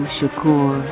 Shakur